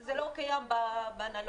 זה לא קיים באנלוגי.